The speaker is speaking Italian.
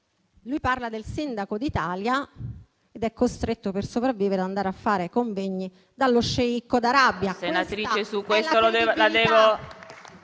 Lui parla del sindaco d'Italia ed è costretto per sopravvivere ad andare a fare convegni dallo sceicco d'Arabia.